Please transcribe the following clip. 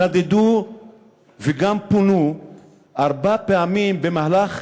נדדו וגם פונו ארבע פעמים במהלך